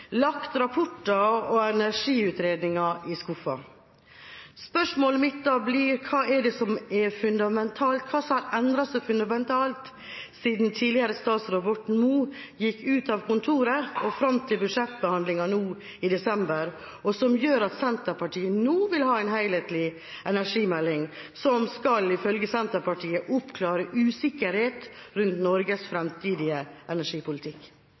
lagt rapporter og energiutredninger i skuffen. Spørsmålet mitt blir da: Hva er det som har endret seg fundamentalt siden tidligere statsråd Borten Moe gikk ut av kontoret, og fram til budsjettbehandlingene nå i desember, som gjør at Arbeiderpartiet nå vil ha en helhetlig energimelding som ifølge Arbeiderpartiet skal oppklare usikkerhet rundt Norges fremtidige energipolitikk?